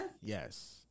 Yes